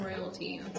royalty